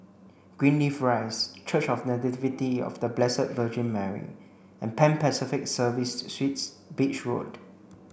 Greenleaf Rise Church of The Nativity of The Blessed Virgin Mary and Pan Pacific Serviced Suites Beach Road